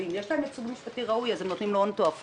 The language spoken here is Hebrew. ואם יש להם ייצוג משפטי ראוי אז הם נותנים לו הון תועפות.